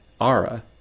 ARA